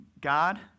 God